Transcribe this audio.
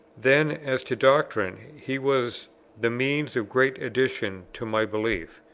then as to doctrine, he was the means of great additions to my belief.